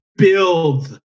Build